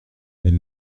elle